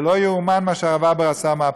זה לא ייאמן מה שהרב הבר עשה, מהפכה.